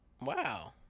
Wow